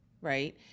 right